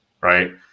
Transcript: right